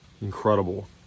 Incredible